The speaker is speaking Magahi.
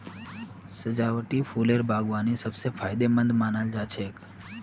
सजावटी फूलेर बागवानी सब स फायदेमंद मानाल जा छेक